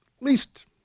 least